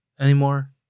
anymore